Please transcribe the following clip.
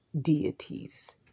deities